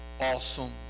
awesome